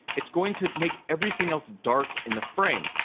it's going to make everything else dark in the frame.